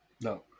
no